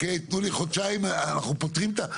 תנו לי חודשיים אנחנו פותרים את זה.